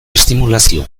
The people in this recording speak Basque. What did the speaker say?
estimulazio